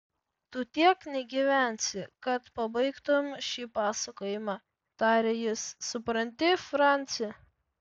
tu tiek negyvensi kad pabaigtumei šį pasakojimą tarė jis supranti franci